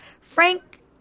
Frank